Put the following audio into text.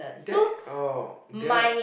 that oh that